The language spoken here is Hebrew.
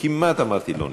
כמעט אמרתי "לא נמצא".